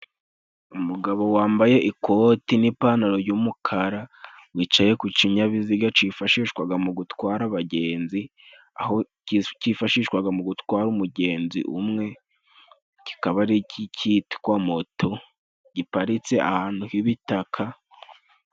Umugabo wambaye ikoti n'ipantaro y'umukara, wicaye ku kinyabiziga cyifashishwaga mu gutwara abagenzi, aho cyifashishwaga mu gutwara umugenzi umwe kikaba kitwa "moto" giparitse ahantu h'ibitaka.